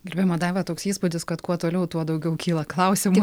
gerbiama daiva toks įspūdis kad kuo toliau tuo daugiau kyla klausimų